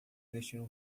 vestindo